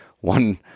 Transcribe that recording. one